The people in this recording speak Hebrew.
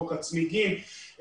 חוק הצמיגים,